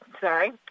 sorry